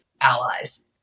allies